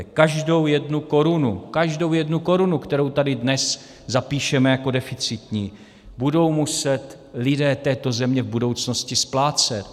Každou jednu korunu, každou jednu korunu, kterou tady dnes zapíšeme jako deficitní, budou muset lidé této země v budoucnosti splácet.